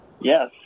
Yes